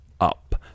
up